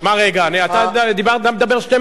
אתה מדבר 12 דקות.